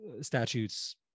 statutes